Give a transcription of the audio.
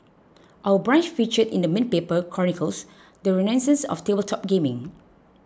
Our Brunch feature in the main paper chronicles the renaissance of tabletop gaming